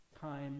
time